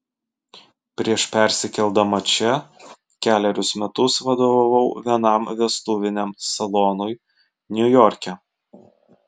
prieš persikeldama čia kelerius metus vadovavau vienam vestuviniam salonui niujorke